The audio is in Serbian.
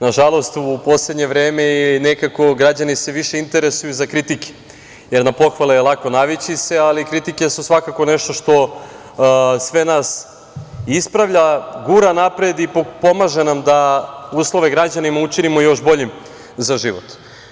Nažalost, u poslednje vreme nekako se građani više interesuju za kritike, jer na pohvale je lako navići se, ali kritike su svakako nešto što sve nas ispravlja, gura napred i pomaže nam da uslove građanima učinimo još boljim za život.